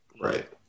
right